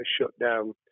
shutdown